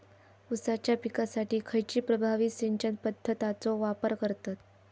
ऊसाच्या पिकासाठी खैयची प्रभावी सिंचन पद्धताचो वापर करतत?